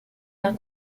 d’un